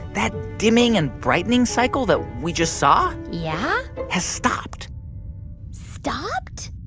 that dimming and brightening cycle that we just saw. yeah. has stopped stopped?